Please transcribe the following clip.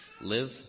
Live